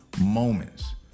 moments